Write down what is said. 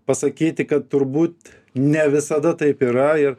pasakyti kad turbūt ne visada taip yra ir